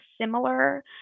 similar